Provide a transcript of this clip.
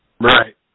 Right